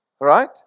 Right